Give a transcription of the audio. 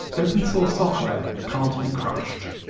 open source software can't be crushed.